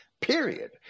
period